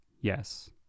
yes